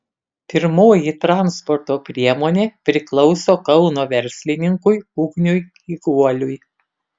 pirmoji transporto priemonė priklauso kauno verslininkui ugniui kiguoliui